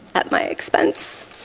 at my expense.